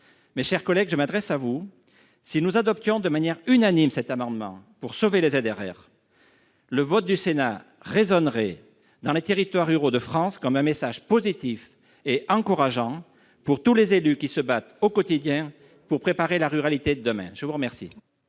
Mes chers collègues, je m'adresse à vous : si nous adoptions de manière unanime cet amendement pour sauver les ZRR, le vote du Sénat résonnerait dans les territoires ruraux de France comme un message positif et encourageant pour tous les élus qui se battent au quotidien pour préparer la ruralité de demain ! La parole